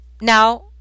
now